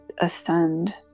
ascend